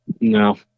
no